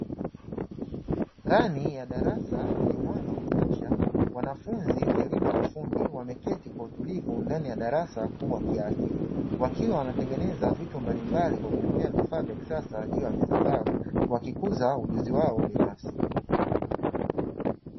Ndani ya darasa lenye mwanga wa kutosha, wanafunzi wa elimu ya ufundi wameketi kwa utulivu ndani ya darasa kubwa kiasi, wakiwa wanatengeneza vitu kwa kutumia vifaa vya kisasa juu ya meza zao wakikuza ujuzi wao binafsi.